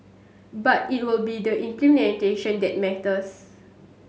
but it will be the implementation that matters